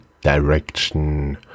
direction